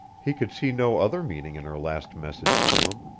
he could see no other meaning in her last message to him,